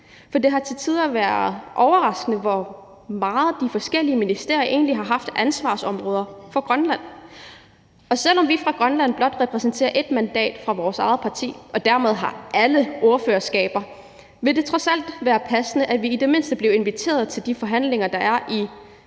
for det har til tider været overraskende, hvor meget de forskellige ministerier egentlig har haft af ansvarsområder for Grønland. Og selv om vi fra Grønland blot repræsenterer ét mandat fra vores eget parti og dermed har alle ordførerskaber, ville det trods alt være passende, at vi i det mindste blev inviteret til de forhandlinger, der er i